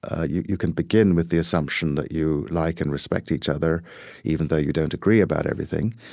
ah you you can begin with the assumption that you like and respect each other even though you don't agree about everything,